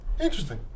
Interesting